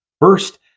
First